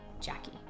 Jackie